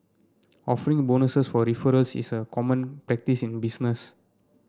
offering bonuses for referrals is a common practice in business